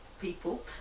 people